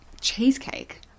cheesecake